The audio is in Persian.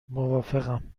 موافقم